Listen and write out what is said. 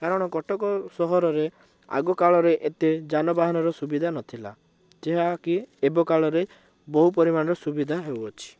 କାରଣ କଟକ ସହରରେ ଆଗକାଳରେ ଏତେ ଯାନବାହନର ସୁବିଧା ନଥିଲା ଯାହାକି ଏବେ କାଳରେ ବହୁ ପରିମାଣରେ ସୁବିଧା ହେଉଅଛି